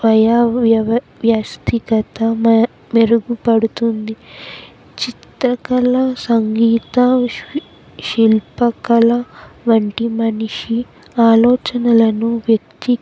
వయ వ్యవ వ్యస్తిగత మ మెరుగుపడుతుంది చిత్రకళ సంగీత శిల్పకళ వంటి మనిషి ఆలోచనలను వ్యక్తి